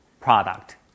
product